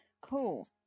Cool